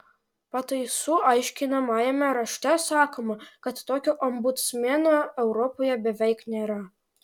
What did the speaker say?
pataisų aiškinamajame rašte sakoma kad tokio ombudsmeno europoje beveik nėra